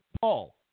Paul